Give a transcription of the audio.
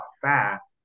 fast